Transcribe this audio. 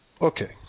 Okay